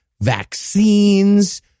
vaccines